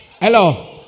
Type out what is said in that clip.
Hello